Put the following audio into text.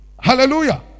Hallelujah